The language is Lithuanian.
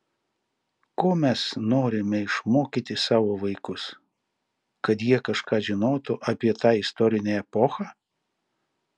ko mes norime išmokyti savo vaikus kad jie kažką žinotų apie tą istorinę epochą